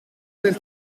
del